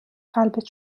قلبت